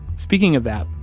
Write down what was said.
speaking of that,